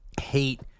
hate